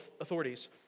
authorities